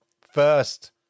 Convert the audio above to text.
first